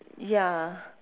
ya